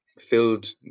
filled